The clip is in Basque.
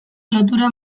lotura